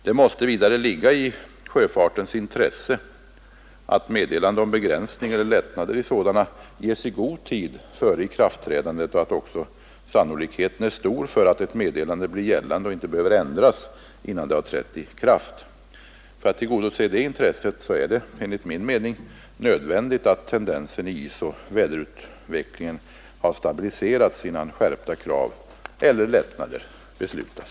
Det måste vidare ligga i sjöfartens intresse att meddelande om begränsningar, eller lättnader i sådana, ges i god tid före ikraftträdandet och att sannolikheten är stor för att ett meddelande blir gällande och inte behöver ändras innan det har trätt i kraft. För att tillgodose det intresset är det enligt min mening nödvändigt att tendensen i isoch väderutvecklingen har stabiliserats innan skärpta krav, eller lättnader, beslutas.